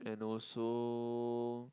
and also